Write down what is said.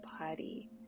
body